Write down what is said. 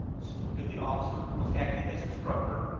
saluted the officer who was acting as instructor,